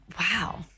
wow